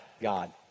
God